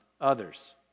others